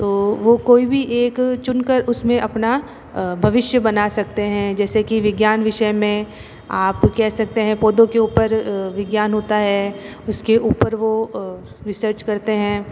तो वो कोई भी एक चुन कर उस में अपना भविष्य बना सकते हैं जैसे कि विज्ञान विषय में आप कह सकते हैं पौधो के ऊपर विज्ञान होता है उसके ऊपर वो रिसर्च करते हैं